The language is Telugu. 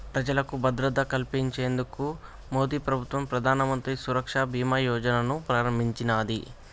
ప్రజలకు భద్రత కల్పించేందుకు మోదీప్రభుత్వం ప్రధానమంత్రి సురక్ష బీమా యోజనను ప్రారంభించినాది